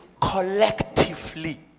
collectively